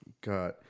got